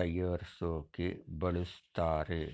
ತಯಾರ್ರ್ಸೋಕೆ ಬಳುಸ್ತಾರೆ